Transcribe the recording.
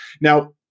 Now